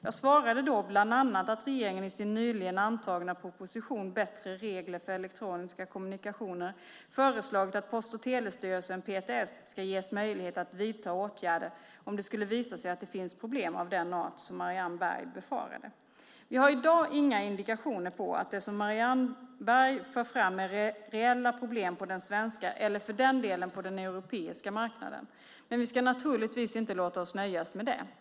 Jag svarade då bland annat att regeringen i sin nyligen antagna proposition Bättre regler för elektroniska kommunikationer föreslagit att Post och telestyrelsen, PTS, ska ges möjlighet att vidta åtgärder om det skulle visa sig att det finns problem av den art som Marianne Berg befarade. Vi har i dag inga indikationer på att det som Marianne Berg för fram är reella problem på den svenska eller för den delen på den europeiska marknaden. Men vi ska naturligtvis inte låta oss nöjas med det.